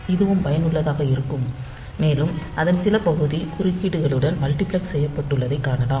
இதுவும் பயனுள்ளதாக இருக்கும் மேலும் அதன் சில பகுதி குறுக்கீடுகளுடன் மல்டிபிளக்ஸ் செய்யப்பட்டுள்ளதைக் காணலாம்